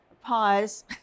pause